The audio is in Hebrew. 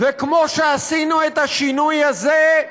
וכמו שעשינו את השינוי הזה,